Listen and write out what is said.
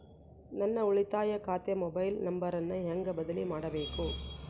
ನನ್ನ ಉಳಿತಾಯ ಖಾತೆ ಮೊಬೈಲ್ ನಂಬರನ್ನು ಹೆಂಗ ಬದಲಿ ಮಾಡಬೇಕು?